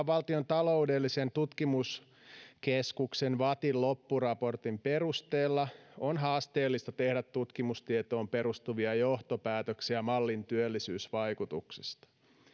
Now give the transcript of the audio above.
valtion taloudellisen tutkimuskeskuksen vattin loppuraportin perusteella on haasteellista tehdä tutkimustietoon perustuvia johtopäätöksiä mallin työllisyysvaikutuksista